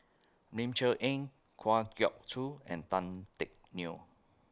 Ling Cher Eng Kwa Geok Choo and Tan Teck Neo